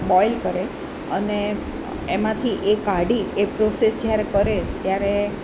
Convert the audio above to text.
boil કરે અને એમાંથી એ કાઢી એ પ્રોસેસ જ્યારે કરે ત્યારે